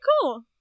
cool